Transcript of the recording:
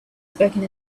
spoken